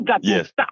yes